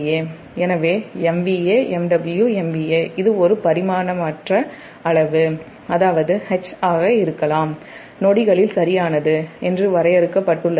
எனவே MVA MW MVA இது ஒரு பரிமாணமற்ற அளவு அதாவது H ஆக இருக்கலாம் நொடிகளில் சரியானது என்று வரையறுக்கப் பட்டுள்ளது